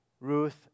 Ruth